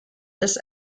this